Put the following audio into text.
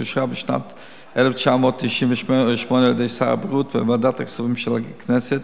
שאושרה בשנת 1998 על-ידי שר הבריאות וועדת הכספים של הכנסת,